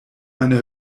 meine